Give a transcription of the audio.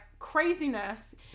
craziness